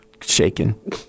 shaking